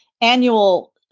annual